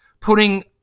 putting